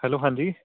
hello ਹਾਂਜੀ